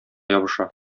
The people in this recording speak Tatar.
ябыша